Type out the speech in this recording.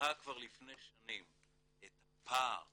זיהה כבר לפני שנים את הפער